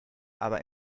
aber